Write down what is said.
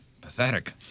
Pathetic